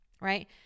right